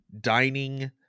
dining